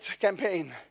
campaign